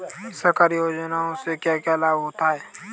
सरकारी योजनाओं से क्या क्या लाभ होता है?